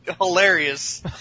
hilarious